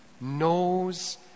knows